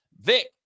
Vic